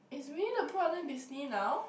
is Winnie-the-Pooh under Disney now